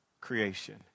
creation